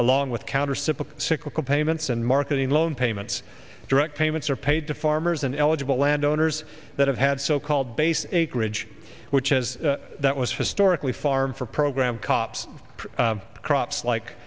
along with counter simple cyclical payments and marketing loan payments direct payments are paid to farmers and eligible landowners that have had so called base acreage which as that was historically farm for program copse crops like